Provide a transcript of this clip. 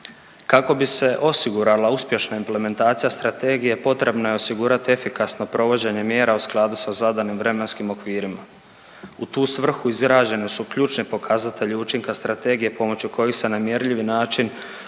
Kako bi se osigurala uspješna implementacija strategije potrebno je osigurati efikasno provođenje mjera u skladu da zadanim vremenskim okvirima. U tu svrhu izrađeni su ključni pokazatelji učinka strategije pomoću kojih se na mjerljivi način